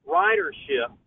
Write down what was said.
ridership